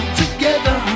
together